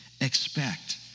expect